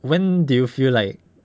when do you feel like